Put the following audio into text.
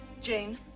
jane